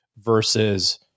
versus